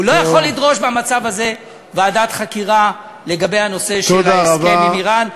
הוא לא יכול לדרוש במצב הזה ועדת חקירה לגבי הנושא של ההסכם עם איראן.